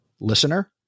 listener